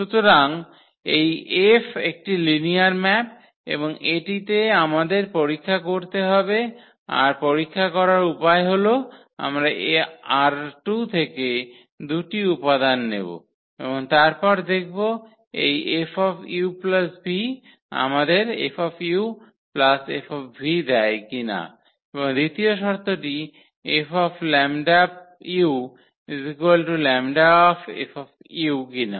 সুতরাং এই F একটি লিনিয়ার ম্যাপ এবং এটিতে আমাদের পরীক্ষা করতে হবে আর পরীক্ষা করার উপায়টি হল আমরা ℝ2 থেকে দুটি উপাদানকে নেব এবং তারপরে দেখব এই 𝐹 uv আমাদের 𝐹 𝐹 দেয় কিনা এবং দ্বিতীয় শর্তটি 𝐹 𝜆u 𝜆𝐹 কিনা